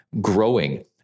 growing